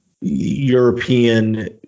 European